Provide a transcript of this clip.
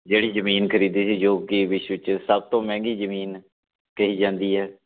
ਜਿਹੜੀ ਜ਼ਮੀਨ ਖਰੀਦੀ ਸੀ ਜੋ ਕਿ ਵਿਸ਼ਵ 'ਚ ਸਭ ਤੋਂ ਮਹਿੰਗੀ ਜ਼ਮੀਨ ਕਹੀ ਜਾਂਦੀ ਹੈ